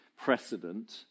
precedent